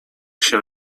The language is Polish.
się